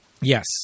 Yes